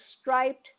striped